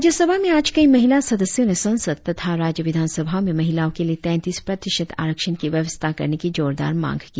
राज्यसभा में आज कई महिला सदस्यों ने संसद तथा राज्य विधानसभाओं में महिलाओं के लिए तैतीस प्रतिशत आरक्षण की व्यवस्था करने की जोरदार मांग की